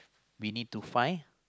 we need to find